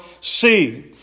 see